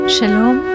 Shalom